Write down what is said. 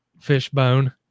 Fishbone